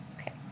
okay